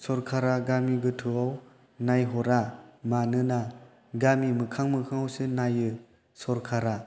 सरखारा गामि गोथौआव नायहरा मानोना गामि मोखां मोखाङावसो नायो सरखारा